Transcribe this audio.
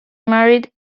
married